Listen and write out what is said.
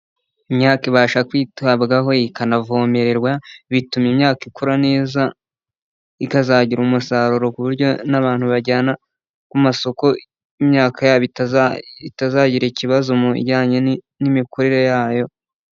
Imyaka ibasha kwitabwaho, ikanavomererwa, bituma imyaka ikura neza, ikazagira umusaruro ku buryo n'abantu bajyana ku masoko imyaka yabo itazagira ikibazo mu bijyanye n'imikurire yayo.